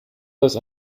das